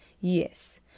yes